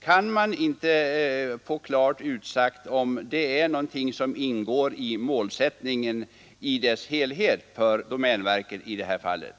Kan vi inte få klart utsagt om det är någonting som ingår i målsättningen i dess helhet för domänverket?